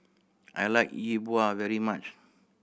I like Yi Bua very much